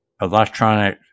electronic